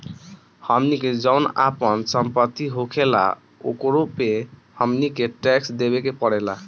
हमनी के जौन आपन सम्पति होखेला ओकरो पे हमनी के टैक्स देबे के पड़ेला